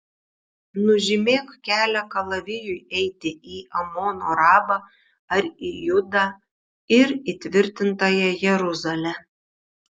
nužymėk kelią kalavijui eiti į amono rabą ar į judą ir įtvirtintąją jeruzalę